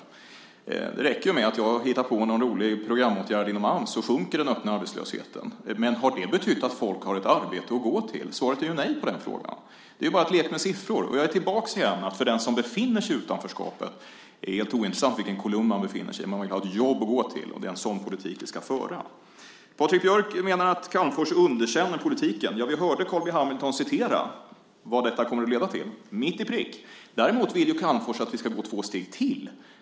Det räcker med att jag hittar på någon rolig programåtgärd inom Ams så sjunker den öppna arbetslösheten. Har det betytt att människor har ett arbete att gå till? Svaret på den frågan är nej. Det är bara en lek med siffror. För den som befinner sig i utanförskapet är det helt ointressant i vilken kolumn man befinner sig i. Man vill ha ett jobb att gå till. Det är en sådan politik vi ska föra. Patrik Björck menar att Calmfors underkänner politiken. Vi hörde Carl B Hamilton citera vad detta kommer att leda till. Det är mitt i prick. Däremot vill Calmfors att vi ska gå två steg till.